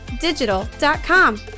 digital.com